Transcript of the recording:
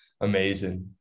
amazing